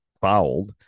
fouled